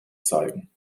zeigen